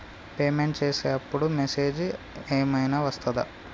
Payment చేసే అప్పుడు message ఏం ఐనా వస్తదా?